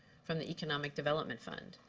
from the economic development fund.